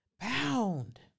bound